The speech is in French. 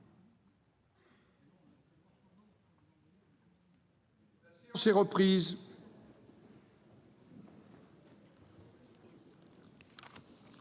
La séance est reprise.